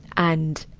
and.